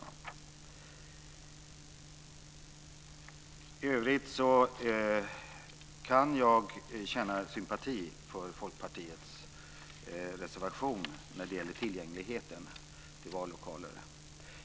I övrigt kan jag känna sympati för Folkpartiets reservation när det gäller tillgängligheten till vallokaler.